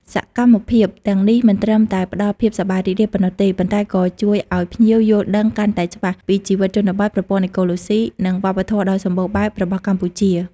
សកម្មភាពទាំងនេះមិនត្រឹមតែផ្តល់ភាពសប្បាយរីករាយប៉ុណ្ណោះទេ ប៉ុន្តែក៏ជួយឲ្យភ្ញៀវយល់ដឹងកាន់តែច្បាស់ពីជីវិតជនបទ ប្រព័ន្ធអេកូឡូស៊ី និងវប្បធម៌ដ៏សម្បូរបែបរបស់កម្ពុជា។